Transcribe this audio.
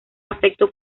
afecto